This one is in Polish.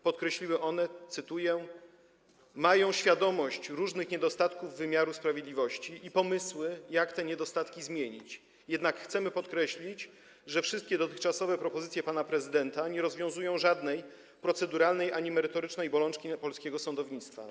Podkreśliły one, cytuję: Mamy świadomość różnych niedostatków wymiaru sprawiedliwości i pomysły, jak te niedostatki zmienić, jednak chcemy podkreślić, że wszystkie dotychczasowe propozycje pana prezydenta nie rozwiązują żadnej proceduralnej ani merytorycznej bolączki polskiego sądownictwa.